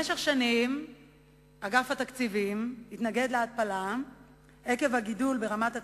במשך השנים אגף התקציבים התנגד להתפלה עקב הגידול ברמת התמיכות,